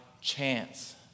chance